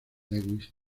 lewis